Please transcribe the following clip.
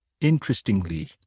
Interestingly